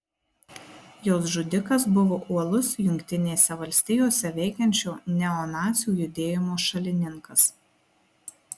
jos žudikas buvo uolus jungtinėse valstijose veikiančio neonacių judėjimo šalininkas